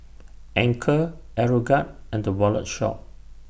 Anchor Aeroguard and The Wallet Shop